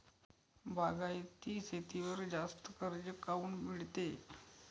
बागायती शेतीवर जास्त कर्ज काऊन मिळते?